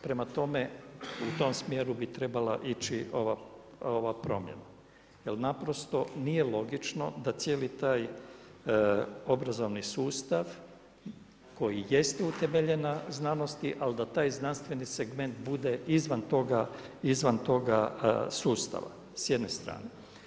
Prema tome u tom smjeru bi trebala ići ova promjena jel nije logično da cijeli taj obrazovni sustav koji jeste utemeljen na znanosti, ali da taj znanstveni segment bude izvan toga sustava s jedne strane.